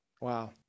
Wow